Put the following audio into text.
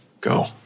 go